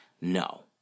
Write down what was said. No